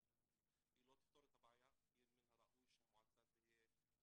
היא לא תפתור את הבעיה כי מן הראוי שהמועצה תיקח